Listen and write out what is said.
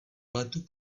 pletu